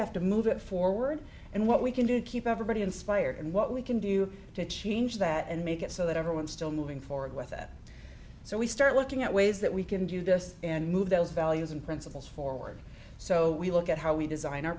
have to move it forward and what we can do to keep everybody inspired and what we can do to change that and make it so that everyone still moving forward with it so we start looking at ways that we can do best and move those values and principles forward so we look at how we design our